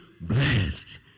blessed